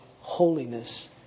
holiness